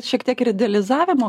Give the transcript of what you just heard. šiek tiek ir idealizavimo